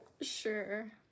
Sure